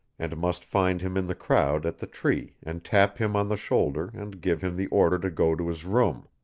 and must find him in the crowd at the tree and tap him on the shoulder and give him the order to go to his room.